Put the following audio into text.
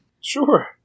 Sure